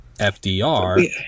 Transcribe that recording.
FDR